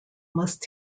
must